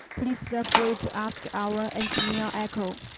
please feel free to ask our engineer echo.